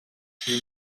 she